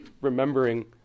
remembering